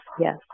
yes